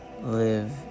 live